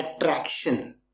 attraction